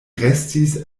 restis